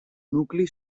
nucli